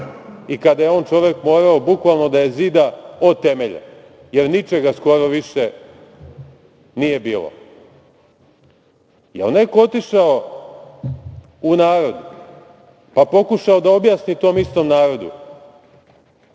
i kada je on čovek morao bukvalno da je zida od temelja, jer ničega skoro više nije bilo? Da li je neko otišao u narod, pa pokušao da objasni tom istom narodu